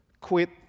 quit